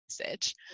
message